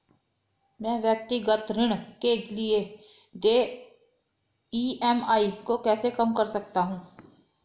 मैं व्यक्तिगत ऋण के लिए देय ई.एम.आई को कैसे कम कर सकता हूँ?